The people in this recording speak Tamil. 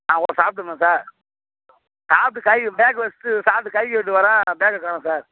ஆ சாப்ட்டுருந்தோம் சார் சாப்பிட்டு பேக்கு வெச்சுட்டு சாப்பிட்டு கை கழுவிட்டு வர்றேன் பேக்கை காணோம் சார்